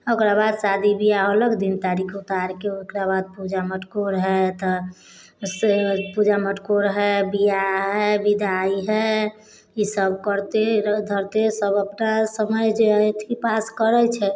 आओर ओकरा बाद शादी बिआह होलक दिन तारीख उतारिकऽ ओकरा बाद पूजा मटकोर हइ तऽ से पूजा मटकोर हइ बिआह हइ विदाइ हइ ईसब करिते धरिते सब अपना समय जे छै पास करै छै